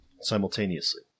simultaneously